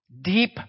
Deep